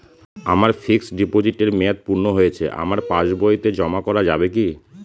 আমার ফিক্সট ডিপোজিটের মেয়াদ পূর্ণ হয়েছে আমার পাস বইতে জমা করা যাবে কি?